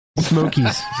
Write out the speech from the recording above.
Smokies